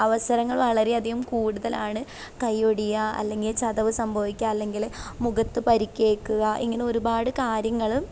അവസരങ്ങൾ വളരെയധികം കൂടുതലാണ് കൈ ഒടിയുക അല്ലെങ്കിൽ ചതവു സംഭവിക്കുക അല്ലെങ്കിൽ മുഖത്തു പരിക്കേൽക്കുക ഇങ്ങനെ ഒരുപാട് കാര്യങ്ങൾ